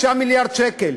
9 מיליארד שקל.